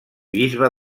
bisbe